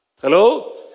Hello